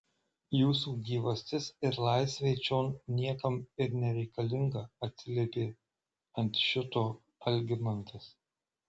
jūsų gyvastis ir laisvė čion niekam ir nereikalinga atsiliepė ant šito algimantas